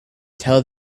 tell